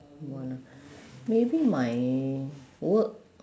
what ah maybe my work